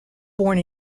born